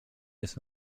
jest